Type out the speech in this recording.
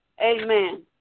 Amen